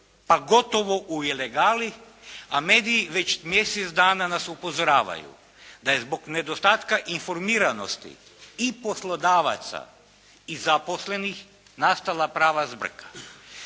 pa gotovo u ilegali a mediji već mjesec dana nas upozoravaju da je zbog nedostatka neinformiranosti i poslodavaca i zaposlenih nastala prava zbrka.